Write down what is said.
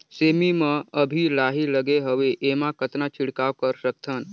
सेमी म अभी लाही लगे हवे एमा कतना छिड़काव कर सकथन?